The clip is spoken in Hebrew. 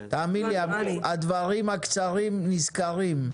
כי תאמין לי הדברים הקצרים נזכרים,